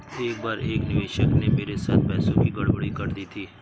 एक बार एक निवेशक ने मेरे साथ पैसों की गड़बड़ी कर दी थी